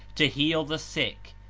to heal the sick,